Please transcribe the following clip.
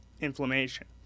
inflammation